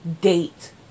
date